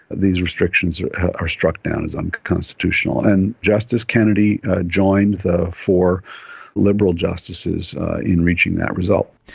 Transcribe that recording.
these restrictions are are struck down as unconstitutional. and justice kennedy joined the four liberal justices in reaching that result.